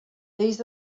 these